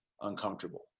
uncomfortable